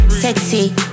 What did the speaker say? Sexy